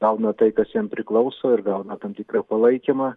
gauna tai kas jiem priklauso ir gauna tam tikrą palaikymą